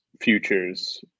futures